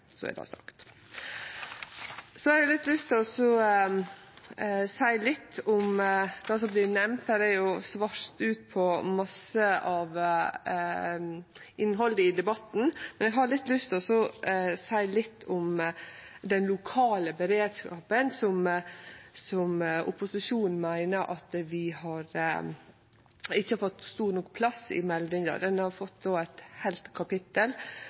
Så er det sagt. Så har eg lyst til å seie litt om det som er nemnt her. Det er jo svart ut på masse av innhaldet i debatten, men eg har lyst til å seie litt om den lokale beredskapen, som opposisjonen meiner ikkje har fått stor nok plass i meldinga. Han har fått eit heilt kapittel.